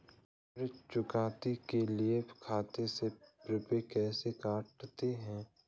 ऋण चुकौती के लिए खाते से रुपये कैसे कटते हैं?